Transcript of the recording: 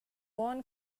one